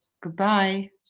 Goodbye